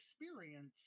experience